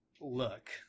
look